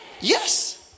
Yes